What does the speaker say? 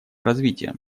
развитием